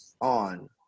on